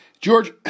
George